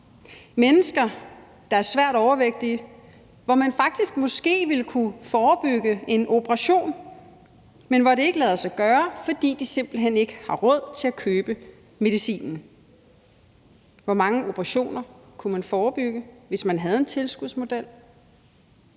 mennesker, der er svært overvægtige, og hvor man faktisk måske ville kunne forebygge en operation, men hvor det ikke lader sig gøre, fordi de simpelt hen ikke har råd til at købe medicinen. Hvor mange operationer kunne man forebygge, hvis man havde en tilskudsmodel?